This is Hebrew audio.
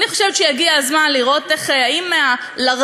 אני חושבת שהגיע הזמן לראות אם ה"לרלרת",